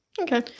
Okay